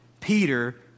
Peter